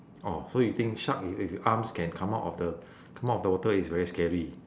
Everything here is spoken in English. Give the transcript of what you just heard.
oh so you think shark with with the arms can come out of the come out of the water is very scary